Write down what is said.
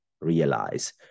realize